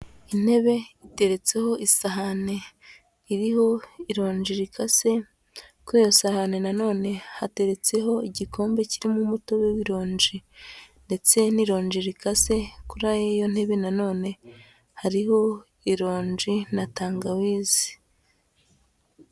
Intebe iteretseho isahane iriho ironji rikase, kuri iyo sahane nano hateretseho igikombe kirimo umutobe w'ironji ndetse n'ironji rikase, kuri iyo ntebe nanone, hariho ironji na tangawizi.